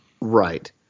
Right